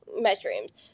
mushrooms